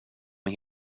med